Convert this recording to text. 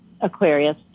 Aquarius